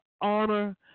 honor